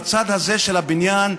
בצד הזה של הבניין,